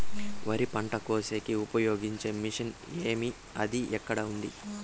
వరి పంట కోసేకి ఉపయోగించే మిషన్ ఏమి అది ఎక్కడ ఉంది?